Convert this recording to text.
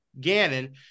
Gannon